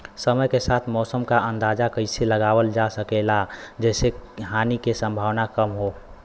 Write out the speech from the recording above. समय के साथ मौसम क अंदाजा कइसे लगावल जा सकेला जेसे हानि के सम्भावना कम हो?